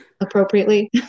appropriately